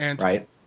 Right